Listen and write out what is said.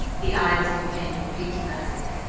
he eyed his companion patronizingly.